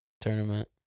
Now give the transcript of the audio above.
Tournament